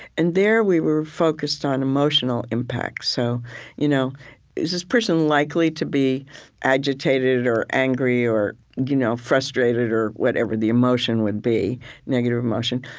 and there, we were focused on emotional impact. so you know is this person likely to be agitated or angry or you know frustrated or whatever the emotion would be negative emotion?